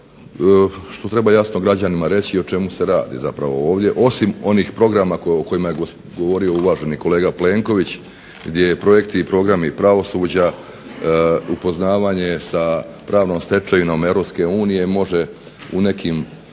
što treba jasno građanima reći o čemu se radi zapravo ovdje osim onih programa o kojima je govorio uvaženi kolega Plenković gdje projekti i programi pravosuđa, upoznavanje sa pravnom stečevinom Europske unije